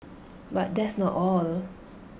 but that's not all